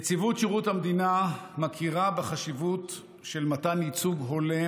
נציבות שירות המדינה מכירה בחשיבות מתן ייצוג הולם